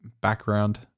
background